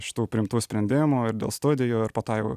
šitų priimtų sprendimų ir dėl studijų ir po to jau